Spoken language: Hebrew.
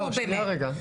נו, באמת.